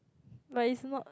but it's not